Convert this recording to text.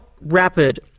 rapid